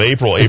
April